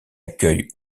accueille